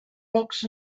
rocks